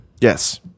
yes